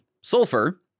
sulfur